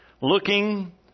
Looking